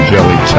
Jelly